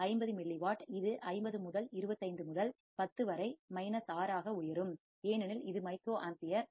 50 milliwatt இது 50 முதல் 25 முதல் 10 வரை மைனஸ் 6 ஆக உயரும் ஏனெனில் இது மைக்ரோஅம்பியர் 1